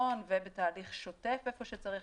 לרבעון ובתהליך שוטף איפה שצריך,